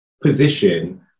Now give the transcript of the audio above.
position